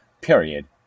Period